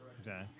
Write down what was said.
Okay